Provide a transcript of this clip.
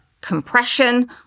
compression